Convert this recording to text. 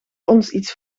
ons